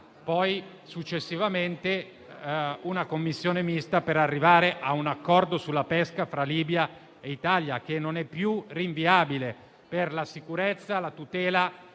poi successivamente ad una commissione mista per arrivare a un accordo sulla pesca fra Libia e Italia, che non è più rinviabile per la sicurezza e la tutela